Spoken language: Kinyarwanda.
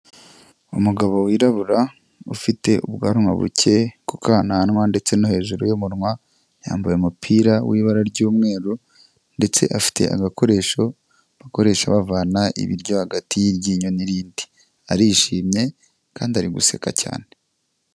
Umugabo wirabura, ufite ubwanwa buke ku kananwa ndetse no hejuru y'umunwa, yambaye umupira w'ibara ry'umweru, ndetse afite agakoresho bakoresha bavana ibiryo hagati y'iryinyo n'irindi. Arishimye kandi ari guseka cyane.